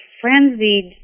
frenzied